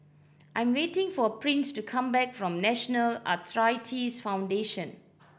I'm waiting for Prince to come back from National Arthritis Foundation